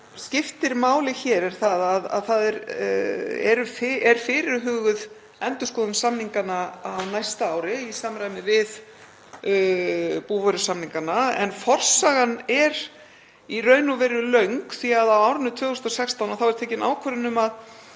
skiptir máli hér er að það er fyrirhuguð endurskoðun samninganna á næsta ári í samræmi við búvörusamningana. En forsagan er í raun og veru löng því að á árinu 2016 var tekin ákvörðun um að